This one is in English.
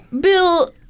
Bill